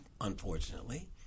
unfortunately